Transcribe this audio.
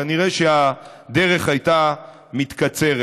כנראה שהדרך הייתה מתקצרת.